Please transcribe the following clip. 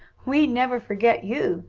we'd never forget you,